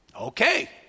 Okay